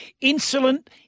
Insolent